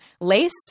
lace